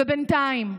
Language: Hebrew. ובינתיים,